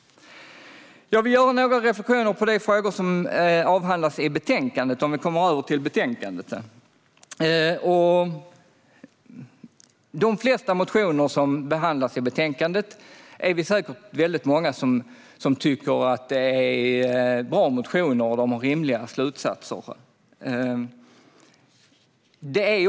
Jag vill göra några reflektioner över de frågor som avhandlas i betänkandet. Det är säkert väldigt många som tycker att de flesta motioner som behandlas i betänkandet är bra motioner med rimliga slutsatser.